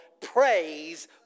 praise